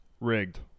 rigged